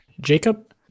Jacob